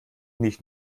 nicht